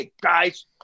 guys